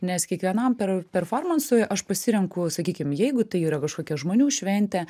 nes kiekvienam per performansui aš pasirenku sakykim jeigu tai yra kažkokia žmonių šventė